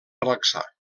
relaxar